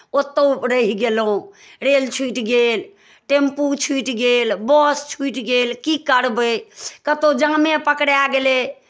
ओतहु रहि गेलहुँ रेल छूटि गेल टेम्पू छूटि गेल बस छूटि गेल की करबै कतहु जामे पकड़ाए गेलै